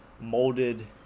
molded